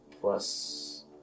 plus